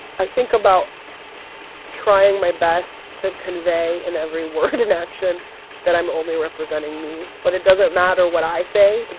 i think about trying my best to convey in every word and action that i'm only representing me. but it doesn't matter what i say,